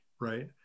right